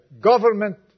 government